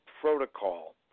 protocol